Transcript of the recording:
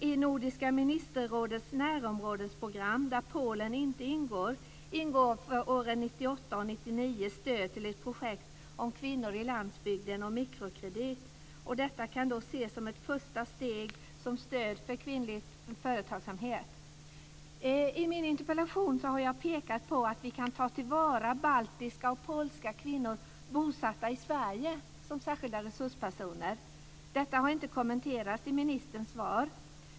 I Nordiska ministerrådets närområdesprogram, där Polen inte ingår, ingår för åren 1998 och 1999 stöd till ett projekt om kvinnor i landsbygden och mikrokredit. Detta kan ses som ett första steg i stödet för kvinnlig företagsamhet. I min interpellation har jag pekat på att vi kan ta till vara baltiska och polska kvinnor bosatta i Sverige som särskilda resurspersoner. Detta har inte kommenterats i ministerns svar.